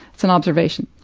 it's an observation.